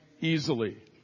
easily